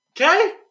Okay